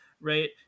right